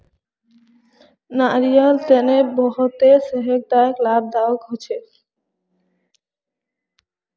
नारियाल सेहतेर तने बहुत लाभदायक होछे